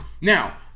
Now